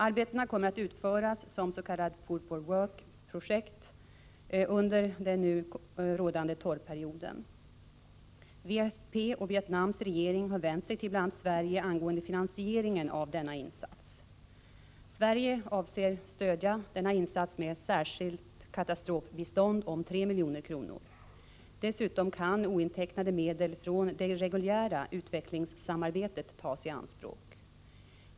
Arbetena kommer att utföras som ”food for work”-projekt under den nu rådande torrperioden. WFP och Vietnams regering har vänt sig till bl.a. Sverige angående finansieringen av denna insats. Sverige avser att stödja denna insats med särskilt katastrofbistånd om 3 milj.kr. Dessutom kan ointecknade medel från det reguljära utvecklingssamarbetet tas i anspråk.